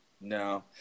No